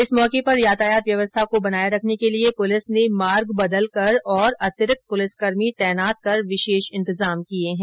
इस मौके पर यातायात व्यवस्था को बनाये रखने के लिए पुलिस ने मार्ग बदलकर तथा अतिरिक्त पुलिसकर्मी तैनात कर विशेष इंतजाम किये है